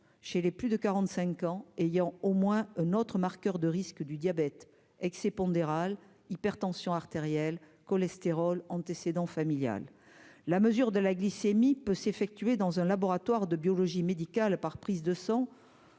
chez les plus de 45 ans ayant au moins un autre marqueur de risque du diabète excès pondéral hypertension artérielle cholestérol antécédent familial, la mesure de la glycémie peut s'effectuer dans un laboratoire de biologie médicale par prise de sang